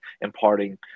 imparting